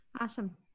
Awesome